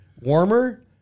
warmer